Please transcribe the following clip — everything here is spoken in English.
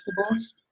vegetables